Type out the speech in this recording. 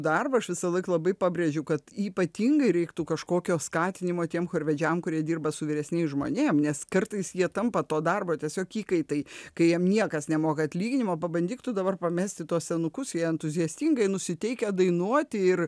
darbą aš visąlaik labai pabrėžiu kad ypatingai reiktų kažkokio skatinimo tiem chorvedžiam kurie dirba su vyresniais žmonėm nes kartais jie tampa to darbo tiesiog įkaitai kai jiem niekas nemoka atlyginimo pabandyk tu dabar pamesti tuos senukus jie entuziastingai nusiteikę dainuoti ir